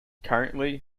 currently